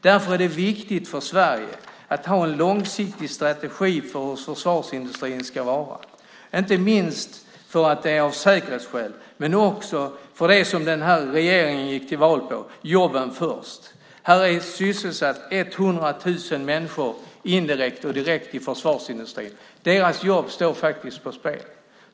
Det är därför viktigt för Sverige att ha en långsiktig strategi för hur försvarsindustrin ska vara. Det gäller inte minst av säkerhetsskäl men också för det som regeringen gick till val på, jobben först. Det är 100 000 människor som är indirekt och direkt sysselsatta i försvarsindustrin. Deras jobb står på spel.